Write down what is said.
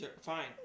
Fine